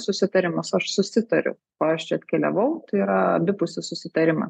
susitarimas aš susitariau ko aš čia atkeliavau tai yra abipusį susitarimą